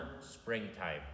springtime